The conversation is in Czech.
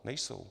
Nejsou.